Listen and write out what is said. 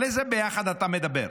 על איזה "ביחד" אתה מדבר?